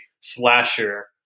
slasher